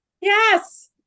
Yes